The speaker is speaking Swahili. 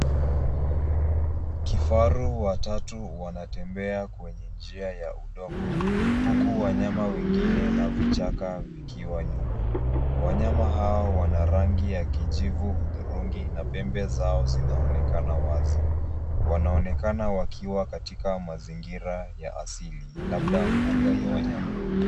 Kifaru watatu wanatembea kwenye njia ya udongo huku wanyama wengine na vichaka vikiwa nyuma. Wanyama hao wana rangi ya kijivu hudhurungi na pembe zao zinaonekana wazi. Wanaonekana wakiwa katika mazingira ya asili labda mbuga ya wanyama.